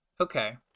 Okay